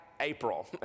April